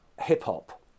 hip-hop